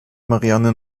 marianne